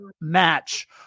match